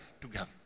together